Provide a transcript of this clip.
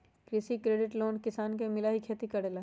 कृषि credit loan किसान के मिलहई खेती करेला?